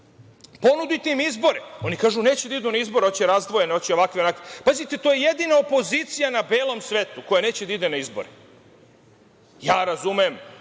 pamet? Ponudite im izbore, oni kažu da neće da idu na izbore, hoće razdvojene, hoće onakve, ovakve. Pazite, to je jedina opozicija na belom svetu koja neće da ide na izbore.